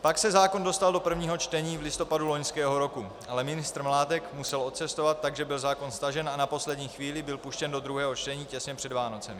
Pak se zákon dostal do prvního čtení v listopadu loňského roku, ale ministr Mládek musel odcestovat, takže byl zákon stažen a na poslední chvíli byl puštěn do druhého čtení těsně před Vánocemi.